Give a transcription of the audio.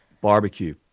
Barbecue